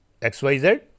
XYZ